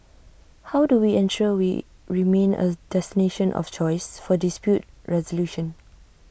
how do we ensure we remain A destination of choice for dispute resolution